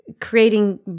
creating